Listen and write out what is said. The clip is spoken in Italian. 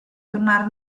tornare